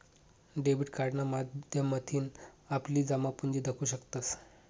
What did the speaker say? debit कार्डना माध्यमथीन आपली जमापुंजी दखु शकतंस